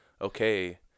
okay